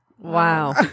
Wow